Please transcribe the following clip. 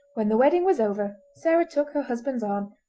when the wedding was over sarah took her husband's arm,